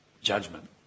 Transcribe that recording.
judgment